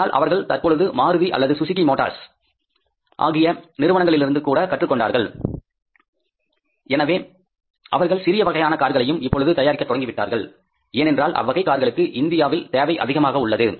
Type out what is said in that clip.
ஆனால் அவர்கள் தற்பொழுது மாருதி அல்லது சுசுகி மோட்டார்ஸ் ஆகிய நிறுவனங்களிலிருந்து கூட கற்றுக்கொண்டார்கள் எனவே அவர்கள் சிறிய வகையான கார்களையும் இப்பொழுது தயாரிக்கத் தொடங்கி விட்டார்கள் ஏனென்றால் அவ்வகை கார்களுக்கு இந்தியாவில் தேவை அதிகமாக உள்ளது